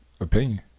opinion